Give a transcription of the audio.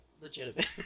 legitimate